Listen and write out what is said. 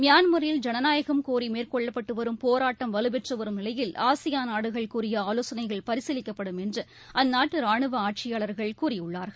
மியான்மாரில் ஜனநாயகம் கோரிமேற்கொள்ளப்பட்டுவரும் போராட்டம் வலுப்பெற்றுவரும் நிலையில் நாடுகள் கூறியஆலோசனைகள் பரிசீலிக்கப்படும் என்றுஅந்நாட்டுரானுவஆட்சியாளர்கள் ஆசியான் கூறியுள்ளார்கள்